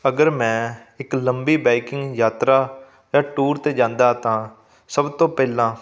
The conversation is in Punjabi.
ਅਗਰ ਮੈਂ ਇੱਕ ਲੰਬੀ ਬਾਈਕਿੰਗ ਯਾਤਰਾ ਜਾਂ ਟੂਰ 'ਤੇ ਜਾਂਦਾ ਤਾਂ ਸਭ ਤੋਂ ਪਹਿਲਾਂ